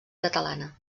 catalana